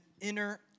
inner